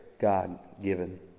God-given